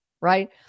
right